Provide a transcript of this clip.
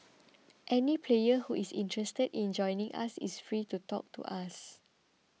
any player who is interested in joining us is free to talk to us